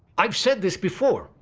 i've said this before.